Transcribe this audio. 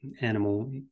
animal